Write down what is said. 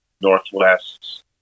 Northwest